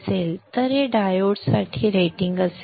तर हे डायोडसाठी रेटिंग असेल